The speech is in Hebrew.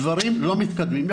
דברים לא מתקדמים.